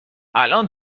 الان